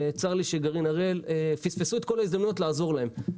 צר לי שגרעין הראל פספסו את כל ההזדמנויות לעזור להם.